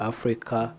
Africa